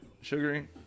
sugary